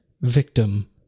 Victim